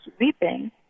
weeping